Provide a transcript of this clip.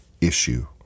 issue